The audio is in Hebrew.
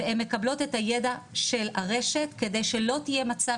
הן מקבלות את הידע של הרשת כדי שלא יהיה מצב